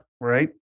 Right